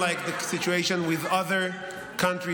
unlike the situation with other countries,